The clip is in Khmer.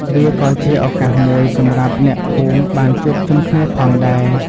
វាក៏ជាឱកាសមួយសម្រាប់អ្នកភូមិបានជួបជុំគ្នាផងដែរ។